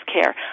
care